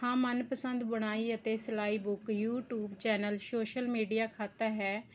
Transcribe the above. ਹਾਂ ਮਨਪਸੰਦ ਬੁਣਾਈ ਅਤੇ ਸਿਲਾਈ book YouTube channel social media ਖਾਤਾ ਹੈ